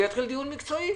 ויתחיל דיון מקצועי?